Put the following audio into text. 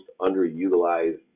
underutilized